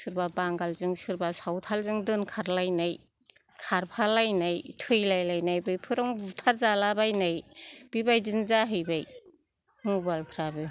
सोरबा बांगालजों सोरबा सावथालजों दोनखारलायनाय खारफालायनाय थैलायलायनाय बेफोरावनो बुथारजालाबायनाय बेबायदिनो जाहैबाय मबाइल फ्राबो